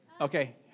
Okay